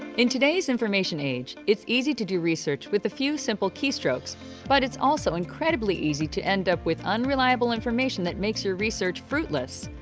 in today's information age it's easy to do research with a few simple keystrokes but it's also incredibly easy to end up with unreliable information that makes your research fruitless.